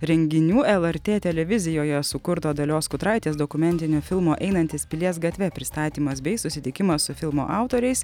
renginių lrt televizijoje sukurto dalios kutraitės dokumentinio filmo einantis pilies gatve pristatymas bei susitikimas su filmo autoriais